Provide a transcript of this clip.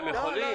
הם יכולים.